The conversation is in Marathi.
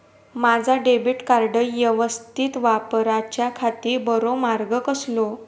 माजा डेबिट कार्ड यवस्तीत वापराच्याखाती बरो मार्ग कसलो?